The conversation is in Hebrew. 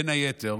בין היתר